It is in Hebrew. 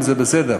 זה בסדר,